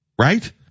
Right